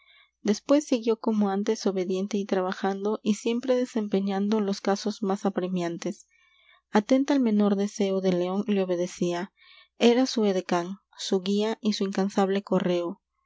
después siguió como antes obediente y trabajando y siempre desempeñando los casos m á s apremiantes atenta al menor deseo del león le obedecía era su edecán su guía y su incansable correo